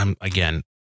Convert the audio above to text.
again